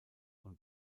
und